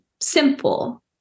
simple